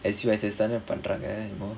S_U_S_S தான பண்றாங்க:thaana pandraanga